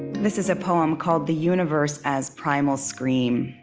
this is a poem called the universe as primal scream.